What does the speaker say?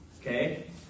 okay